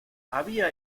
había